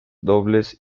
dobles